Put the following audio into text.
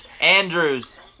Andrews